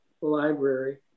library